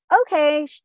okay